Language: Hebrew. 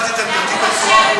לרשותך,